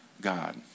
God